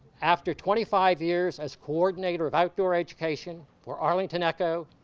after twenty five years as coordinator of outdoor education for arlington echo,